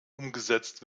umgesetzt